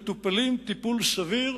מטופלים טיפול סביר,